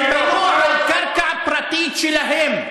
שבנו על קרקע פרטית שלהם,